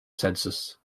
census